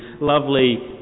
lovely